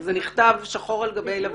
זה נכתב שחור על גבי לבן.